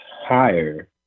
higher